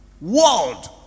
world